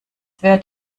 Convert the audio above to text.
währt